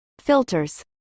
filters